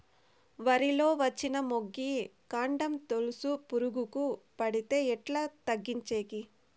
వరి లో వచ్చిన మొగి, కాండం తెలుసు పురుగుకు పడితే ఎట్లా తగ్గించేకి?